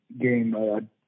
game